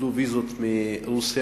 בוטלו הוויזות מרוסיה,